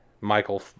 Michael